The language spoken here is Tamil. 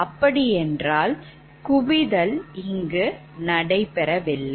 அப்படி என்றால் குவிதல் இங்கு நடைபெறவில்லை